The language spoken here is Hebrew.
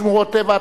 שמורות טבע,